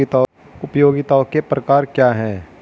उपयोगिताओं के प्रकार क्या हैं?